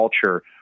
culture